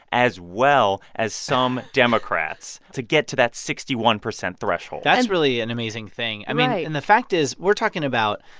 as well as some democrats to get to that sixty one percent threshold that's really an amazing thing. i mean and the fact is we're talking about,